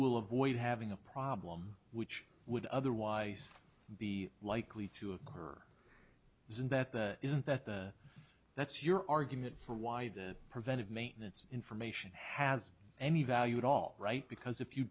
will avoid having a problem which would otherwise be likely to occur isn't that isn't that that's your argument for why the preventive maintenance information has any value at all right because if you